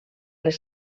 les